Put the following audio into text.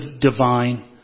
divine